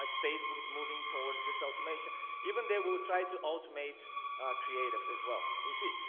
like facebook is moving towards this automation even they will try to automate creative as well lucy,